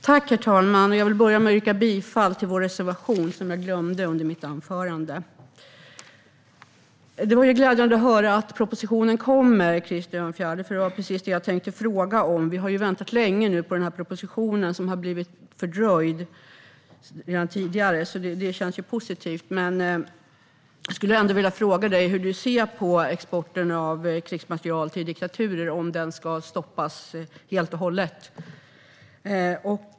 Herr talman! Jag vill börja med att yrka bifall till vår reservation, vilket jag glömde under mitt anförande. Det var glädjande att höra att propositionen kommer, Krister Örnfjäder, för det var precis det jag tänkte fråga om. Vi har väntat länge nu på den här propositionen som har blivit fördröjd redan tidigare, så det här känns positivt. Men jag skulle ändå vilja fråga dig hur du ser på exporten av krigsmateriel till diktaturer, om den ska stoppas helt och hållet.